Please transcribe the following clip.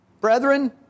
Brethren